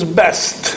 best